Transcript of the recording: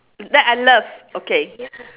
that I love okay